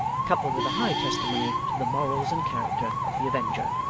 coupled with a high testimony to the morals and character of the avenger.